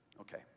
Okay